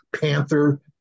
Panther